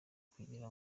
kugira